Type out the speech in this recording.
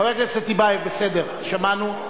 חבר הכנסת טיבייב, בסדר, שמענו.